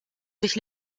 sich